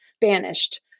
banished